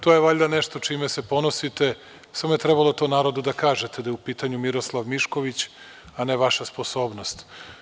To je valjda nešto čime se ponosite, samo je trebalo narodu da kažete da je u pitanju Miroslav Mišković, a ne vaša sposobnost.